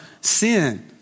sin